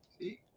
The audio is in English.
See